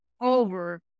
over